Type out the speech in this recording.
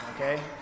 okay